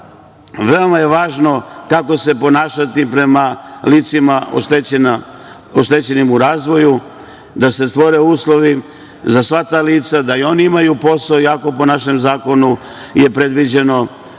veoma važno kako se ponašati prema licima oštećenim u razvoju, da se stvore uslovi za sva ta lica, da i oni imaju posao iako po našem zakonu je predviđeno